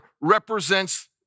represents